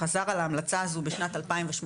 חזר על ההמלצה הזו בשנת 2018,